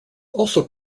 also